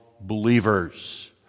believers